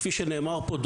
כפי שנאמר פה,